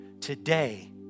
today